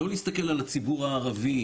לא להסתכל על הציבור הערבי,